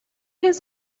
his